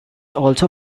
also